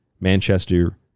Manchester